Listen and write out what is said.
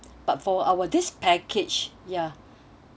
but for our this package ya